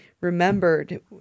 remembered